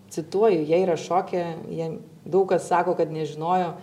cituoju jie yra šoke jie daug kas sako kad nežinojo